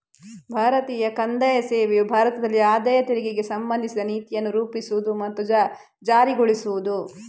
ಭಾರತೀಯ ಕಂದಾಯ ಸೇವೆಯು ಭಾರತದಲ್ಲಿ ಆದಾಯ ತೆರಿಗೆಗೆ ಸಂಬಂಧಿಸಿದ ನೀತಿಯನ್ನು ರೂಪಿಸುವುದು ಮತ್ತು ಜಾರಿಗೊಳಿಸುವುದು